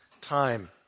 time